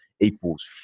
equals